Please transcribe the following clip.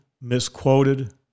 misquoted